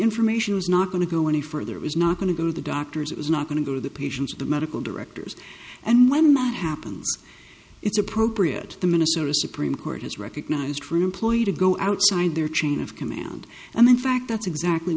information was not going to go any further it was not going to go the doctors it was not going to go the patients of the medical directors and when my happens it's appropriate the minnesota supreme court has recognized for an employee to go outside their chain of command and in fact that's exactly